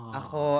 ako